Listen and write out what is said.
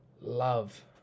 love